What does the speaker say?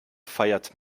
feiert